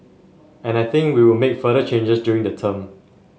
and I think we will make further changes during the term